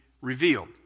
revealed